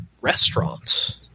restaurant